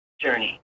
journey